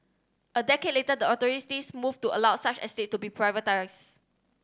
a decade later the authorities moved to allow such estate to be privatised